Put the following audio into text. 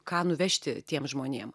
ką nuvežti tiem žmonėm